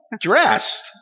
dressed